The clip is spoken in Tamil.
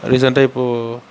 ரீசெண்டாக இப்போது